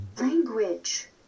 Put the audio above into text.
Language